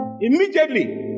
Immediately